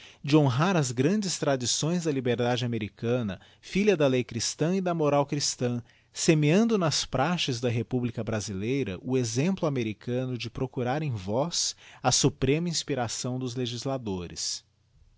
de honrar as grandes tradições da liberdade americana filha da lei christã e da moral christâ semeando nas praxes da republica brasileira o exemplo americano de procurar em vós a suprema inspiração dos legisladores